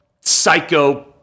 psycho